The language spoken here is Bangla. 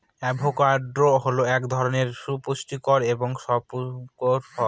অ্যাভোকাডো হল এক ধরনের সুপুষ্টিকর এবং সপুস্পক ফল